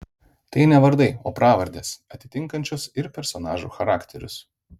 tai ne vardai o pravardės atitinkančios ir personažų charakterius